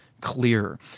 clearer